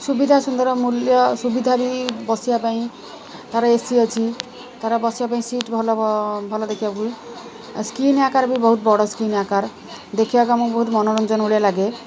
ସୁବିଧା ସୁନ୍ଦର ମୂଲ୍ୟ ସୁବିଧା ବି ବସିବା ପାଇଁ ତା'ର ଏ ସି ଅଛି ତାର ବସିବା ପାଇଁ ସିଟ୍ ଭଲ ଭଲ ଦେଖିବାକୁ ସ୍କ୍ରିନ୍ ଆକାର ବି ବହୁତ ବଡ଼ ସ୍କ୍ରିନ୍ ଆକାର ଦେଖିବାକୁ ମୁଁ ବହୁତ ମନୋରଞ୍ଜନ ଭଳିଆ ଲାଗେ